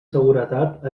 seguretat